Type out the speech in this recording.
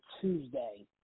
Tuesday